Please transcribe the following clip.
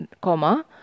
Comma